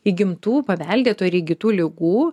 įgimtų paveldėtų ar įgytų ligų